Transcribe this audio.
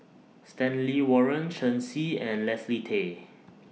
Stanley Warren Shen Xi and Leslie Tay